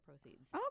proceeds